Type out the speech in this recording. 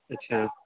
اچھا